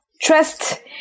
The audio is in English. trust